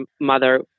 mother